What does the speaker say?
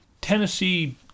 Tennessee